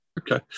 Okay